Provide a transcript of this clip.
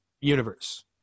universe